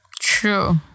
True